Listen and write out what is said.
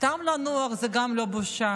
סתם לנוח זה גם לא בושה,